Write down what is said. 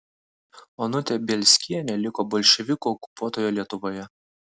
onutė bielskienė liko bolševikų okupuotoje lietuvoje